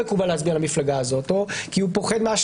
החוק לא נוגע בו כי הוא מזוהה.